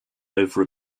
over